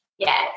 Yes